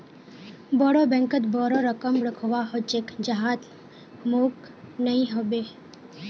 बोरो बैंकत बोरो रकम रखवा ह छेक जहात मोक नइ ह बे